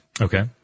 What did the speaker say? Okay